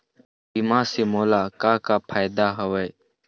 बीमा से मोला का का फायदा हवए?